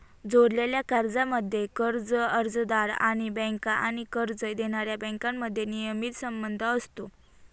जोडलेल्या कर्जांमध्ये, कर्ज अर्जदार आणि बँका आणि कर्ज देणाऱ्या बँकांमध्ये नियमित संबंध असतो